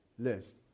list